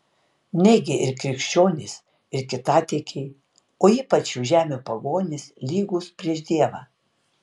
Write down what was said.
negi ir krikščionys ir kitatikiai o ypač šių žemių pagonys lygūs prieš dievą